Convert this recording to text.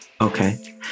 okay